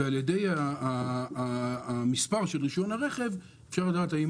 ועל ידי המספר של רישיון הרכב אפשר לדעת אם